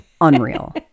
unreal